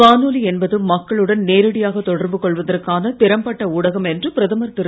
வானொலி என்பது மக்களுடன் நேரடியாக தொடர்பு கொள்வதற்கான திறம்பட்ட ஊடகம் என்று பிரதமர் திரு